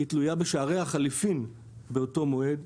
היא תלויה בשערי החליפין באותו מועד,